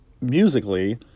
musically